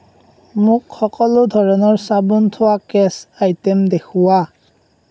মোক সকলো ধৰণৰ চাবোন থোৱা কেছ আইটেম দেখুওৱা